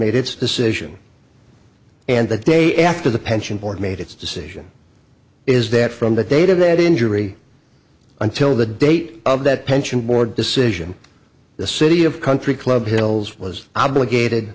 made its decision and the day after the pension board made its decision is that from the date of that injury until the date of that pension board decision the city of country club hills was obligated